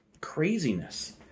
craziness